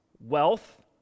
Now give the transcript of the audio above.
wealth